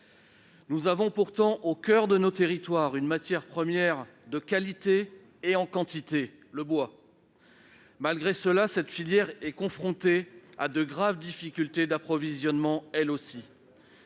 Nous avons pourtant au coeur de nos territoires une matière première de qualité en quantité : le bois. Pourtant, cette filière est confrontée à de graves difficultés d'approvisionnement. Faut-il